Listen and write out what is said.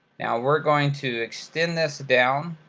now we're going to extend this down,